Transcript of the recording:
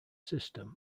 system